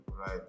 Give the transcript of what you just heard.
right